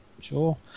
sure